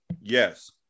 Yes